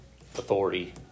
authority